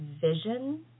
vision